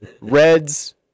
Reds